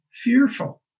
fearful